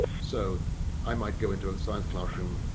so i might go into a science classroom.